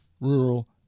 Rural